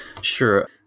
Sure